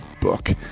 book